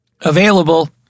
Available